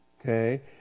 okay